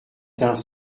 tinrent